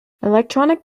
electronic